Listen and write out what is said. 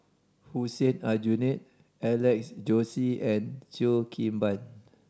Hussein Aljunied Alex Josey and Cheo Kim Ban